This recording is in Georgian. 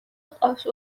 ჰყავს